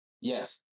Yes